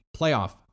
playoff